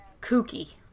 kooky